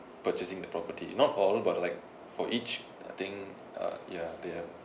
purchasing the property not all but like for each I think uh yeah they have